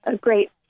great